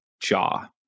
jaw